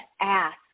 ask